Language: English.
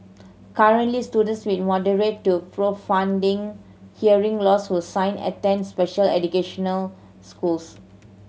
currently students with moderate to profounding hearing loss who sign attend special educational schools